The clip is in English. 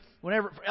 whenever